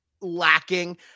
lacking